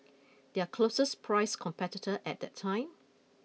their closest priced competitor at that time